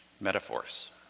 metaphors